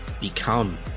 become